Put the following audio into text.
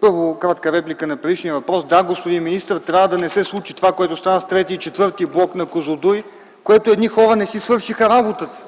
Първо, кратка реплика на предишния въпрос. Да, господин министър, трябва да не се случи това, което стана с ІІІ и ІV блок на „Козлодуй”, когато едни хора не си свършиха работата,